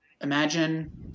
imagine